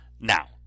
now